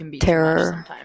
terror